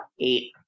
eight